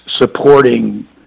supporting